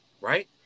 Right